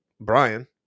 Brian